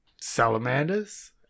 salamanders